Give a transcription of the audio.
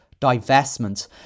divestment